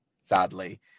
sadly